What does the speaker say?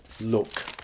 look